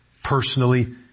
personally